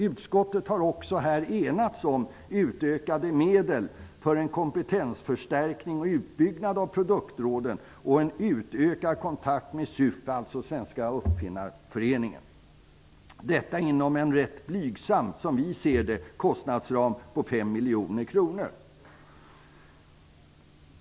Utskottet har också här enats om utökade medel för en kompetensförstärkning och utbyggnad av produktråden och en utökad konktakt med SUF, Svenska uppfinnareföreningen -- detta inom en rätt blygsam kostnadsram på 5 miljoner kronor.